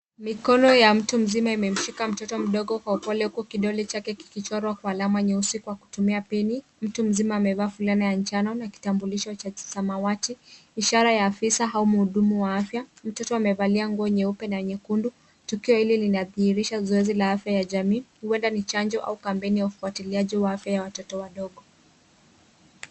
Mikono ya mtu mzima imemshika mtoto mdogo kwa upole huku kidole chake kikichorwa kwa alama nyeusi kwa kutumia pini. Mtu mzima amevaa fulana ya njano na kitambulisho cha samawati, ishara ya afisa au mhudumu wa afya. Mtoto amevalia nguo nyeupe na nyekundu. Tukio hili linadhihirisha zoezi la afya ya jamii huenda ni chanjo au kampeni ya ufatiliaji wa afya ya watoto wadogo.